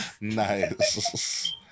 nice